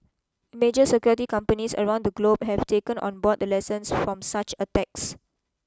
major security companies around the globe have taken on board the lessons from such attacks